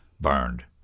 burned